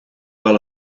wel